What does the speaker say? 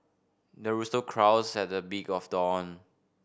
the rooster crows at the big of dawn